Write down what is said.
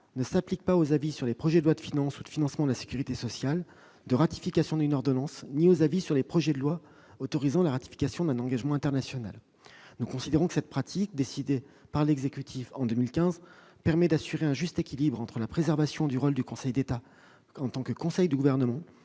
ne s'applique pas aux avis sur les projets de loi de finances, de financement de la sécurité sociale ou de ratification d'une ordonnance ni aux avis sur les projets de loi autorisant la ratification d'un engagement international. Nous considérons que cette pratique, décidée par l'exécutif en 2015, permet d'assurer un juste équilibre entre la préservation du rôle du Conseil d'État en tant que conseil du Gouvernement